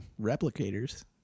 Replicators